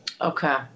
Okay